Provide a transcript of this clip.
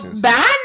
bad